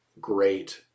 great